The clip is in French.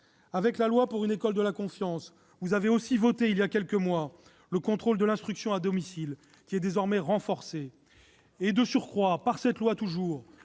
Avec la loi pour une école de la confiance, vous avez aussi voté il y a quelques mois le contrôle de l'instruction à domicile, qui est désormais renforcé. De surcroît, par l'article